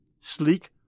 sleek